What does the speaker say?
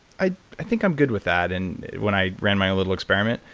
i i think i'm good with that and when i ran my little experiment.